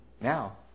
Now